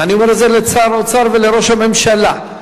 ואני אומר את זה לשר האוצר ולראש הממשלה,